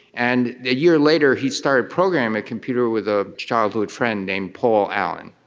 and a year later he started programming a computer with a childhood friend named paul allen.